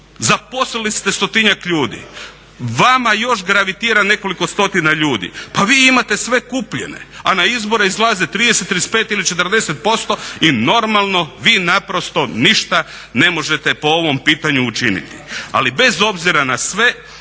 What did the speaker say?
Zaposlili ste stotinjak ljudi. Vama još gravitira nekoliko stotina ljudi, pa vi imate sve kupljene a na izbore izlaze 30, 35 ili 40% i normalno vi naprosto ništa ne možete po ovom pitanju učiniti. Ali bez obzira na sve,